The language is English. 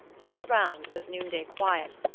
all around was noonday quiet,